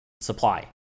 supply